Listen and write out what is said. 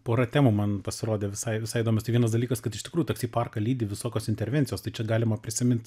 pora temų man pasirodė visai visai įdomios tai vienas dalykas kad iš tikrų taksi parką lydi visokios intervencijos tai čia galima prisimint